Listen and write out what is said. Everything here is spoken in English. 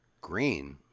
Green